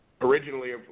originally